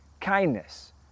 kindness